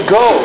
go